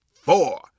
four